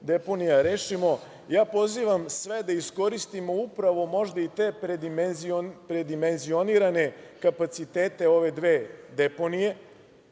deponija, rešimo. Pozivam sve da iskoristimo, upravo možda i te predimenzionirane kapacitete ove dve deponije